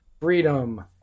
freedom